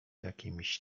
jakimś